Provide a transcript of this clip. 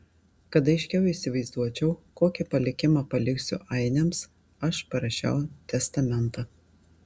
kad aiškiau įsivaizduočiau kokį palikimą paliksiu ainiams aš parašiau testamentą